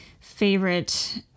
favorite